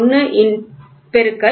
1 x 0